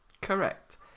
Correct